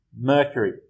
Mercury